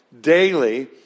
daily